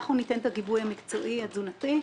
אנחנו ניתן את הגיבוי המקצועי התזונתי,